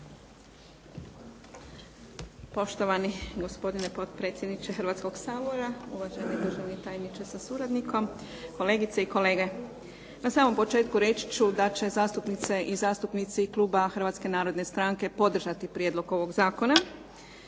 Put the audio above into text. Poštovani gospodine potpredsjedniče Hrvatskog sabora, uvaženi državni tajniče sa suradnikom, kolegice i kolege. Na samom početku reći ću da će zastupnice i zastupnici kluba HNS-a podržati prijedlog ovog zakona.